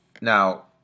Now